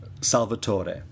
Salvatore